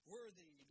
Worthy